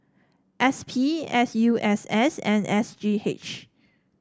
S P S U S S and S G H